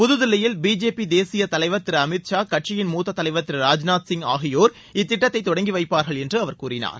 புதுதில்லியில் பிஜேபி தேசிய தலைவர் திரு அமித் ஷா கட்சியின் மூத் தலைவர் திரு ராஜ்நாத் சிங் ஆகியோர் இத்திட்டத்தை தொடங்கி வைப்பார்கள் என்று அவர் கூறினார்